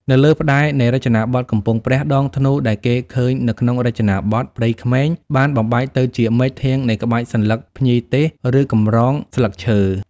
នៅលើផ្តែរនៃរចនាបថកំពង់ព្រះ ដងធ្នូដែលគេឃើញនៅក្នុងរចនាបថ ព្រៃក្មេងបានបំបែកទៅជាមែកធាងនៃក្បាច់សន្លឹកភ្ញីទេសឬកម្រងស្លឹកឈើ ។